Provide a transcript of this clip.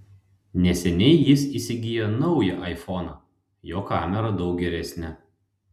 neseniai jis įsigijo naują aifoną jo kamera daug geresnė